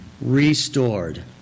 restored